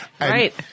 Right